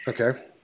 Okay